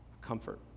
comfort